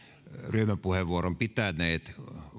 ryhmäpuheenvuoron pitäneet